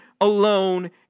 alone